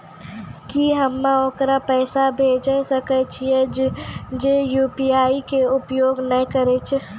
की हम्मय ओकरा पैसा भेजै सकय छियै जे यु.पी.आई के उपयोग नए करे छै?